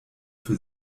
für